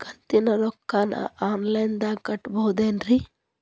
ಕಂತಿನ ರೊಕ್ಕನ ಆನ್ಲೈನ್ ದಾಗ ಕಟ್ಟಬಹುದೇನ್ರಿ?